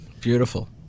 Beautiful